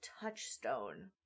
touchstone